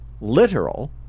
literal